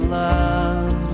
love